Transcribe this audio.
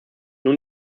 nun